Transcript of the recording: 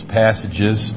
passages